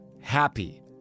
happy